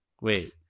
wait